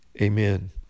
amen